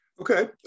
Okay